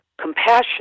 Compassion